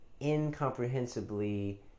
incomprehensibly